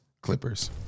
Clippers